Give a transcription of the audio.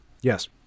Yes